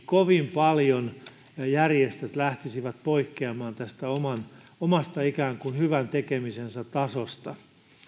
kovin paljon järjestöt lähtisivät poikkeamaan tästä omasta ikään kuin hyvän tekemisensä tasosta